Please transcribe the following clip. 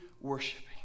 worshiping